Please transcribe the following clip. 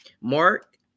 Mark